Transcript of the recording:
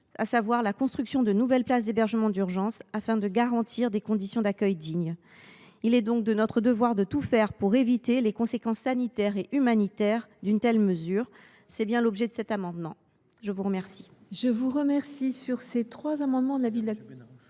à savoir la construction de nouvelles places d’hébergement d’urgence afin de garantir des conditions d’accueil dignes. Il est de notre devoir de tout faire pour éviter les conséquences sanitaires et humanitaires d’une telle baisse du nombre de places d’hébergement. L’amendement